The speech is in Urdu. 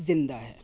زندہ ہے